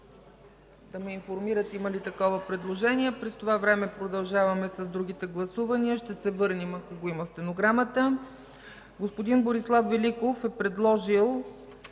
господин Сидеров има ли такова предложение. През това време продължаваме с другите гласувания, ще се върнем ако го има в стенограмата. Господин Борислав Великов е предложил